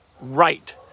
Right